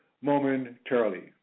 momentarily